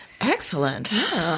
Excellent